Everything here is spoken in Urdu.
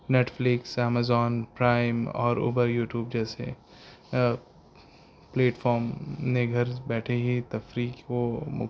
نیٹفلکس امیزون پرائم اور اوبر یوٹیوب جیسے پلیٹفام نے گھر بیٹھے ہی تفریح کو